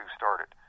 started